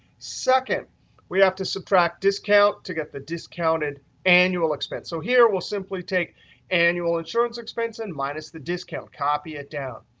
second we have to subtract discount to get the discounted annual expense. so here, we'll simply take annual insurance expense and minus the discount, copy it down.